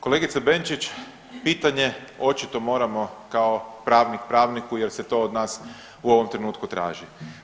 Kolegice Benčić, pitanje očito moramo kao pravnik pravniku jer se to od nas u ovom trenutku traži.